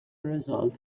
result